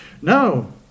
no